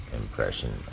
impression